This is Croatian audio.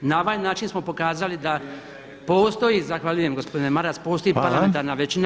Na ovaj način smo pokazali da postoji, …… [[Upadica se ne čuje.]] Zahvaljujem gospodine Maras, postoji parlamentarna većina.